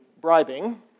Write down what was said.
bribing